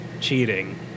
Cheating